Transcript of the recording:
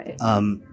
Right